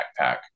backpack